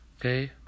Okay